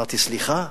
אמרתי: סליחה?